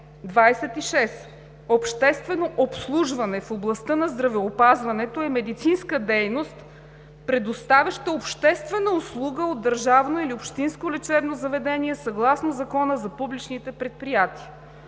26. „Обществено обслужване в областта на здравеопазването“ е медицинска дейност, предоставяща обществена услуга от държавно или общинско лечебно заведение съгласно Закона за публичните предприятия.